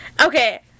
Okay